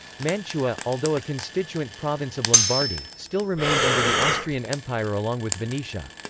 mantua, although a constituent province of lombardy, still remained under the austrian empire along with venetia.